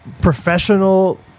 professional